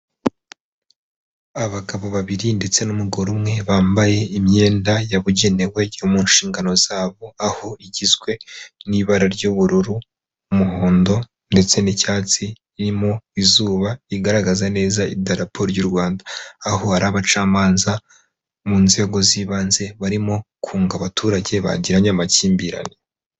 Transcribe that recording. Abagabo babiri ndetse n'umugore umwe bambaye imyenda yabugenewe yo mu nshingano zabo, aho igizwe n'ibara ry'ubururu, umuhondo ndetse n'icyatsi ririmo izuba rigaragaza neza idarapo ry'u Rwanda. Aho ari abacamanza mu nzego z'ibanze barimo kunga abaturage bagiranye amakimbirane.